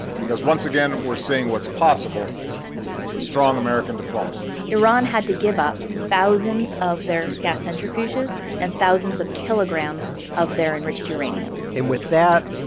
because, once again, we're seeing what's possible with strong american diplomacy iran had to give up thousands of their gas centrifuges and thousands of kilograms of their enriched uranium and with that,